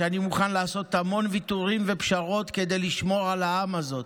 שאני מוכן לעשות המון ויתורים ופשרות כדי לשמור על העם הזה.